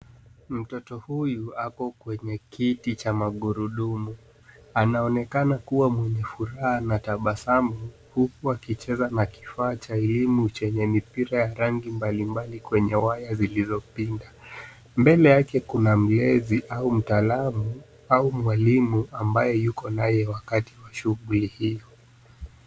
Mtoto huyu ako kwenye kiti cha magurudumu, anaonekana kuwa mwenye furaha na tabasamu huku akicheza na kifaa cha elimu chenye mipira ya rangi mbalimbali kwenye waya zilizopinda. Mbele yake kuna mlezi au mtaalam au mwalimu ambaye yuko naye wakati wa shughuli hii.